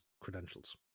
credentials